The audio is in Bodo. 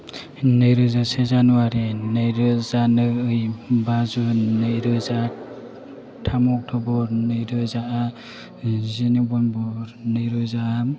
नैरोजा से जानुवारि नैरोजा नै बा जुन नैरोजा थाम अक्ट'बर नैरोजा जि नभेम्बर नैरोजा